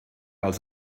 als